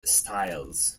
styles